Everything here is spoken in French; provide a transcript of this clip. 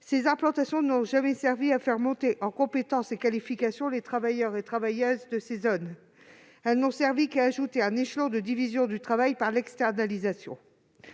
ces implantations n'ont jamais servi à faire monter en compétences et qualifications les travailleurs et travailleuses de ces zones. Elles n'ont servi qu'à ajouter un échelon de division du travail par l'externalisation.